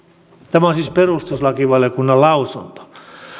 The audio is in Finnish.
tämä on siis perustuslakivaliokunnan lausunto